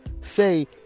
say